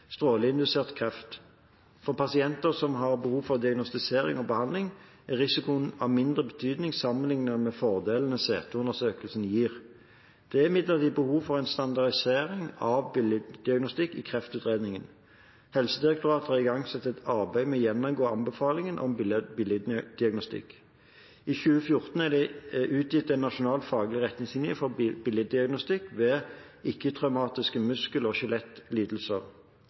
kreft. For pasienter som har behov for diagnostisering og behandling, er risikoen av mindre betydning sammenlignet med fordelene CT-undersøkelsen gir. Det er imidlertid behov for en standardisering av bildediagnostikk i kreftutredningen. Helsedirektoratet har igangsatt et arbeid med å gjennomgå anbefalingen av bildediagnostikk. I 2014 er det utgitt en nasjonal faglig retningslinje for bildediagnostikk ved ikke-traumatiske muskel- og skjelettlidelser.